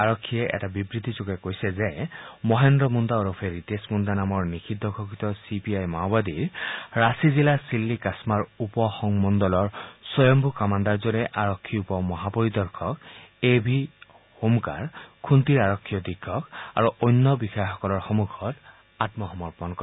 আৰক্ষীয়ে এটা বিবৃতিযোগে কৈছে যে মহেন্দ্ৰ মুণ্ডা ওৰফে ৰিতেশ মুণ্ডা নামৰ নিষিদ্ধ ঘোষিত চি পি আই মাওবাদীৰ ৰাঁচী জিলাৰ চিল্লি কাছমাৰ উপমণ্ডলৰ স্বয়ভূ কামাণ্ডাৰজনে আৰক্ষী উপ মহাপৰিদৰ্শক এ ভি হোমকাৰ খুন্তিৰ আৰক্ষী অধীক্ষক আৰু অন্য বিষয়াসকলৰ সন্মখত আয়সমৰ্পণ কৰে